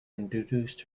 introduced